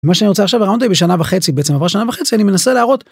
מה שאני רוצה עכשיו, round a בשנה וחצי, בעצם עברה שנה וחצי אני מנסה להראות.